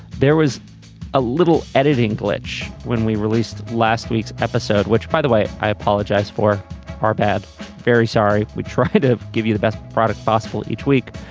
there was a little editing glitch when we released last week's episode which by the way i apologize for our bad very sorry. we tried to give you the best product possible each week.